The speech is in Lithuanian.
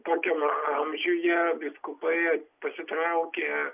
tokiam amžiuje vyskupai pasitraukia